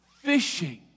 fishing